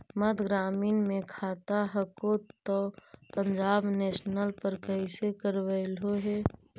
मध्य ग्रामीण मे खाता हको तौ पंजाब नेशनल पर कैसे करैलहो हे?